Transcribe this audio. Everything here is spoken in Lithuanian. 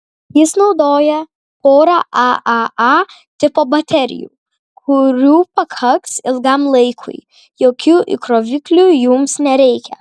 jis naudoja porą aaa tipo baterijų kurių pakaks ilgam laikui jokių įkroviklių jums nereikia